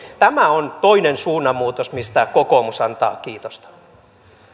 tämä on toinen suunnanmuutos mistä kokoomus antaa kiitosta